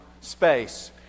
space